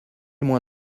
moins